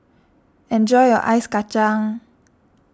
enjoy your Ice Kachang